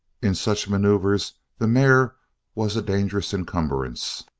in such maneuvers the mare was a dangerous encumbrance,